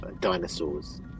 dinosaurs